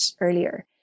earlier